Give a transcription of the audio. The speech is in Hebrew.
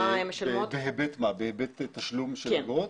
בהיבט תשלום של אגרות?